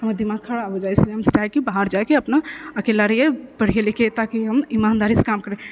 हमर दिमाग खराब हो जाइ हइ इसलिये हम चाहे कि बाहर जाइके अपना अकेला रहियै पढ़ियै लिखियै ताकि हम इमानदारीसँ काम करय